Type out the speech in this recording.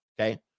Okay